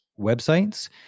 websites